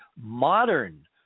modern